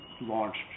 launched